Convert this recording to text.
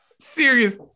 serious